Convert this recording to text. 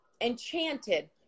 Enchanted